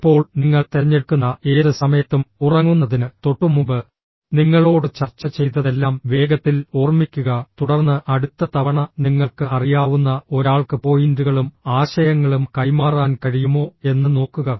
ഇപ്പോൾ നിങ്ങൾ തിരഞ്ഞെടുക്കുന്ന ഏത് സമയത്തും ഉറങ്ങുന്നതിന് തൊട്ടുമുമ്പ് നിങ്ങളോട് ചർച്ച ചെയ്തതെല്ലാം വേഗത്തിൽ ഓർമ്മിക്കുക തുടർന്ന് അടുത്ത തവണ നിങ്ങൾക്ക് അറിയാവുന്ന ഒരാൾക്ക് പോയിന്റുകളും ആശയങ്ങളും കൈമാറാൻ കഴിയുമോ എന്ന് നോക്കുക